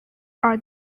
are